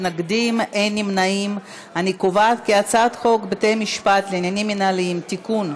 את הצעת חוק בתי-משפט לעניינים מינהליים (תיקון,